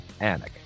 Anik